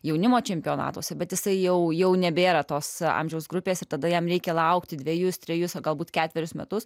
jaunimo čempionatuose bet jisai jau jau nebėra tos amžiaus grupės ir tada jam reikia laukti dvejus trejus ar galbūt ketverius metus